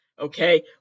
okay